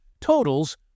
totals